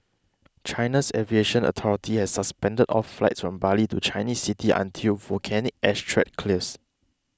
China's aviation authority has suspended all flights from Bali to Chinese cities until volcanic ash threat clears